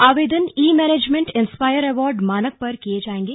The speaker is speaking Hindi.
आवेदन ई मैनेजमेंट इंस्पायर अवार्ड मानक पर किए जाएंगे